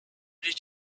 did